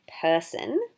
person